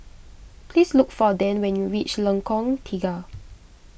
please look for Dann when you reach Lengkong Tiga